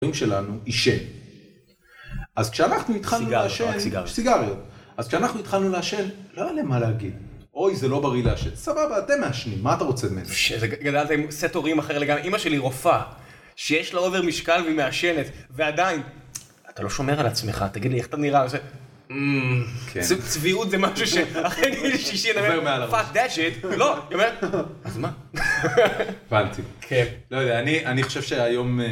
אז כשאנחנו התחלנו לעשן, סיגריות, אז כשאנחנו התחלנו לעשן, לא יודע למה להגיד, אוי זה לא בריא לעשן, סבבה אתם מעשנים, מה אתה רוצה ממנו? גדלת עם סט הורים אחר לגמרי, אימא שלי רופאה, שיש לה אובר משקל והיא מעשנת, ועדיין, אתה לא שומר על עצמך, תגיד לי איך אתה נראה וזה? צביעות זה משהו שאחר כן אין לי שישי, אני אומר פאק דאט שיט, לא, היא אומרת אז מה? הבנתי, לא יודע, אני חושב שהיום